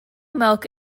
milk